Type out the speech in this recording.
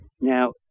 Now